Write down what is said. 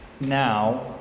Now